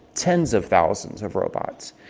tens of thousands of robots.